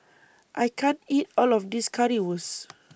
I can't eat All of This Currywurst